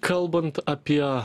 kalbant apie